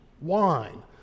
wine